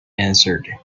answered